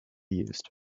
used